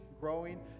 growing